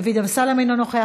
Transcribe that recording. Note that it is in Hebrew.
דוד אמסלם, אינו נוכח.